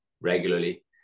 regularly